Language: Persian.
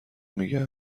میگم